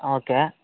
okay